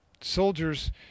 Soldiers